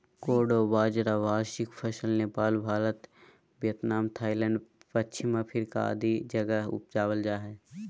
कोडो बाजरा वार्षिक फसल नेपाल, भारत, वियतनाम, थाईलैंड, पश्चिम अफ्रीका आदि जगह उपजाल जा हइ